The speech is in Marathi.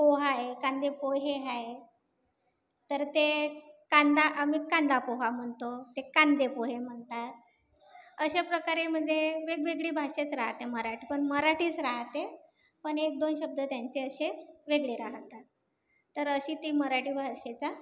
पोहा आहे कांदेपोहे आहे तर ते कांदा आम्ही कांदापोहा म्हणतो ते कांदेपोहे म्हणतात अशा प्रकारे म्हणजे वेगवेगळी भाषाच राहते मराठी पण मराठीच राहते पण एक दोन शब्द त्यांचे असे वेगळे राहातात तर अशी ती मराठी भाषेचा